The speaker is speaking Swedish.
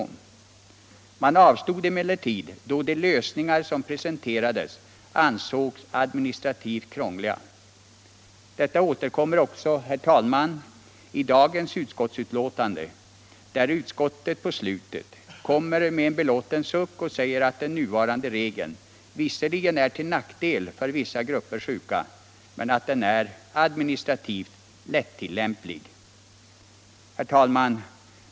Man avstod emellertid härifrån, då de lösningar som presenterades ansågs administrativt krångliga. Detta argument återkommer också, herr talman, i dagens utskottsbetänkande där utskottet på slutet med en belåten suck säger att den nuvarande regeln visserligen är till nackdel för vissa grupper sjuka men att den är administrativt lättillämplig. | Herr talman!